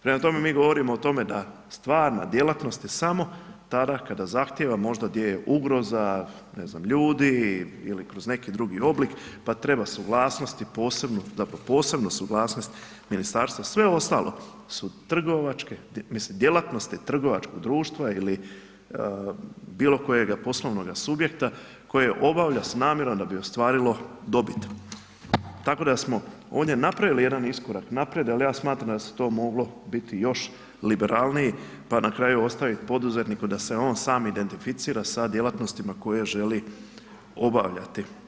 Prema tome, mi govorimo o tome da stvarna djelatnost je samo tada kada zahtjeva možda gdje je ugroza, ne znam ljudi ili kroz neki drugi oblik pa treba suglasnosti posebno, zapravo posebno suglasnost ministarstva, sve ostalo su trgovačke, mislim djelatnosti trgovačkih društva ili bilokojega poslovnoga subjekta koje obavlja s namjerom da bi ostvarilo dobit tako da smo ovdje napravili jedan iskorak naprijed ali ja smatram da se tu moglo bit još liberalniji pa na kraju ostavit poduzetniku da se on sam identificira sa djelatnostima koje želi obavljati.